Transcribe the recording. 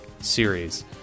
series